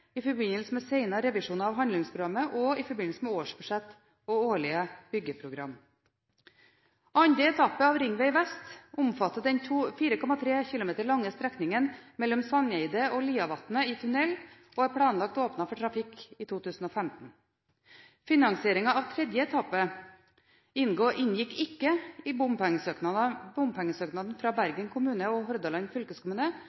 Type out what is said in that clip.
i forbindelse med senere revisjoner av handlingsprogrammet og i forbindelse med årsbudsjett og årlige byggeprogram. Andre etappe av Ringveg vest omfatter den 4,3 km lange strekningen mellom Sandeide og Liavatnet i tunnel og er planlagt åpnet for trafikk i 2015. Finansiering av tredje etappe inngikk ikke i bompengesøknaden fra